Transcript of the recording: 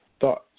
thoughts